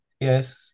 Yes